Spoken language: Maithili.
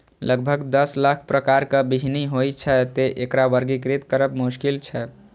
लगभग दस लाख प्रकारक बीहनि होइ छै, तें एकरा वर्गीकृत करब मोश्किल छै